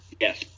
Yes